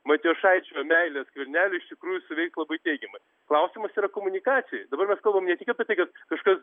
matijošaičio meilė skverneliui tikrųjų suveiks labai teigiamai klausimas yra komunikacijoj dabar mes kalbam ne tik apie tai kad kažkas